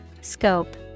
Scope